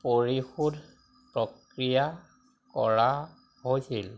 পৰিশোধ প্ৰক্ৰিয়া কৰা হৈছিল